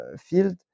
field